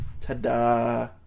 Ta-da